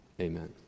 amen